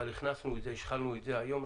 הכנסנו את זה היום,